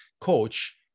coach